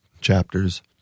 chapters